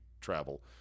travel